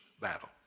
battle